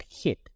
hit